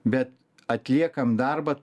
bet atliekam darbą